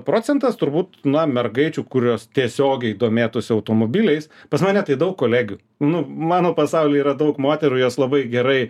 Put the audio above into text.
procentas turbūt na mergaičių kurios tiesiogiai domėtųsi automobiliais pas mane tai daug kolegių nu mano pasauly yra daug moterų jas labai gerai